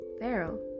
Pharaoh